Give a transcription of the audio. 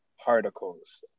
Particles